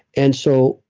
and so,